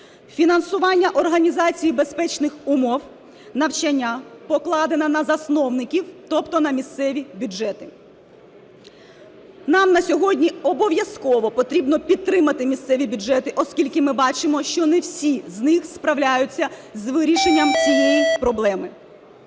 Фінансування організації безпечних умов навчання покладена на засновників, тобто на місцеві бюджети. Нам на сьогодні обов'язково потрібно підтримати місцеві бюджети, оскільки ми бачимо, що не всі з них справляються з вирішенням цієї проблеми.